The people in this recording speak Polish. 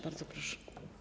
Bardzo proszę.